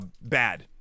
bad